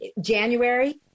January